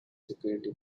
security